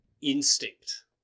instinct